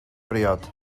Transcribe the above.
briod